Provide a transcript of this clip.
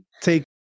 take